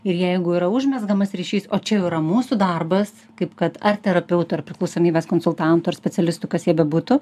ir jeigu yra užmezgamas ryšys o čia jau yra mūsų darbas kaip kad ar terapeuto ar priklausomybės konsultanto ar specialistų kas jie bebūtų